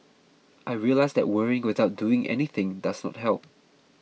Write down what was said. I realised that worrying without doing anything does not help